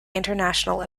international